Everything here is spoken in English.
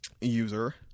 user